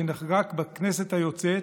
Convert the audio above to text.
שנחקק בכנסת היוצאת,